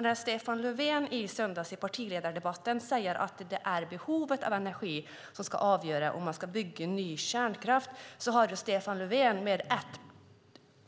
När Stefan Löfven i söndags i partiledardebatten sade att det är behovet av energi som ska avgöra om man ska bygga ny kärnkraft har Stefan Löfven med